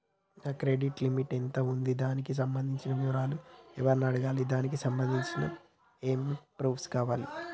నా credit limit ఎంత ఉంది? దానికి సంబంధించిన వివరాలు ఎవరిని అడగాలి? దానికి సంబంధించిన ఏమేం ప్రూఫ్స్ కావాలి?